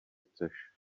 chceš